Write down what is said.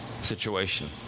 situation